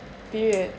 period